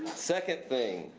second thing,